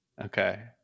Okay